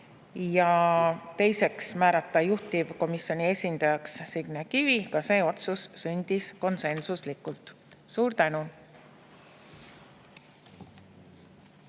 –, teiseks, määrata juhtivkomisjoni esindajaks Signe Kivi. Ka see otsus sündis konsensuslikult. Suur tänu!